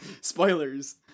spoilers